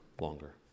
longer